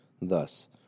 Thus